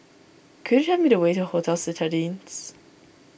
could you tell me the way to Hotel Citadines